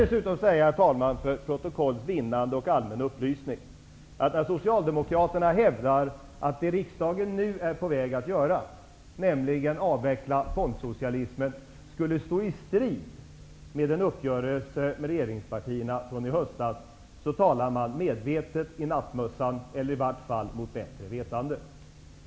Får jag även säga för fullständigheten i protokollet och som allmän upplysning att när Socialdemokraterna hävdar att det riksdagen nu är på väg att göra, nämligen att avveckla fondsocialismen, skulle stå i strid med en uppgörelse med regeringspartierna från i höstas, talar man medvetet i nattmössan eller åtminstone mot bättre vetande.